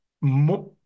more